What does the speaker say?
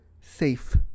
Safe